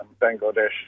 Bangladesh